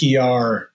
PR